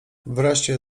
wreszcie